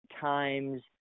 times